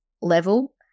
level